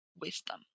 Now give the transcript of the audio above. wisdom